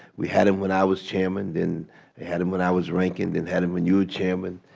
we had and when i was chairman, then had them when i was ranking, then had them when you were chairman.